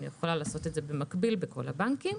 אני יכולה לעשות זאת במקביל בכל הבנקים,